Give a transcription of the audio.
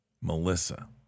Melissa